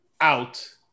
out